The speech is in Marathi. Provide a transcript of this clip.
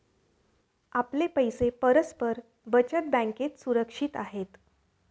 आपले पैसे परस्पर बचत बँकेत सुरक्षित आहेत